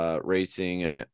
racing